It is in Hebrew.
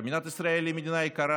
מדינת ישראל היא מדינה יקרה.